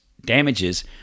damages